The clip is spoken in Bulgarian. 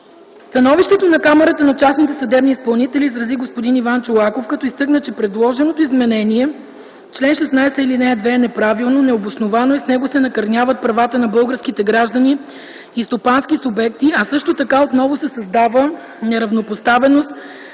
Становището на Камарата на частните съдебни изпълнители изрази господин Иван Чолаков, като изтъкна, че предложеното изменение на чл. 16, ал. 2 е неправилно, не е обосновано и с него се накърняват правата на българските граждани и стопански субекти, а също така отново се създава неравнопоставеност